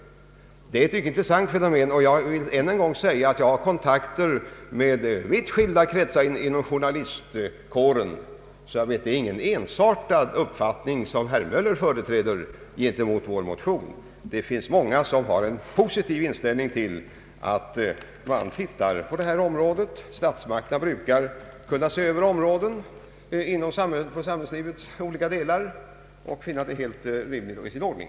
Detta är ett mycket intressant fenomen som kan bli mycket allvarligt i vissa lägen. Jag vill ännu en gång nämna att jag har kontakter med vitt skilda kretsar inom journalistkåren, och jag vet därför att den uppfattning som herr Möller företräder när det gäller vår motion inte är ensartad. Det finns många som har en positiv inställning till att det görs en utredning på detta område. Statsmakterna brukar ju kunna anse sig ha rätt att se över områden inom samhällslivets olika funktioner och finna att det är helt rimligt och i sin ordning.